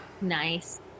Nice